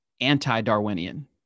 anti-Darwinian